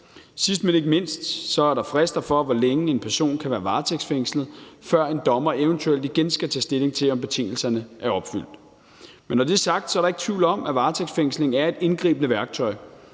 Sidst, men ikke mindst, er der frister for, hvor længe en person kan være varetægtsfængslet, før en dommer eventuelt igen skal tage stilling til, om betingelserne er opfyldt. Når det er sagt, er der ingen tvivl om, at varetægtsfængsling er et indgribende værktøj.